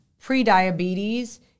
pre-diabetes